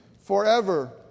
forever